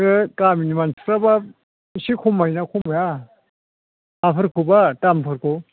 गामिनि मानसिफ्राबा इसे खमायोना खमाया हाफोरखौबा दामफोरखौ